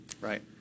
Right